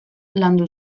landu